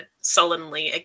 sullenly